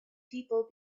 people